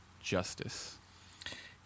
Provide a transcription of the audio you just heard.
justice